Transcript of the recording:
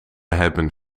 hebben